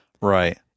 Right